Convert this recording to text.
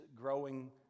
growing